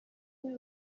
umwe